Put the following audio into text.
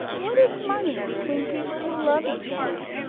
what is money between people who love each other?